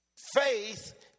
Faith